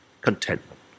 Contentment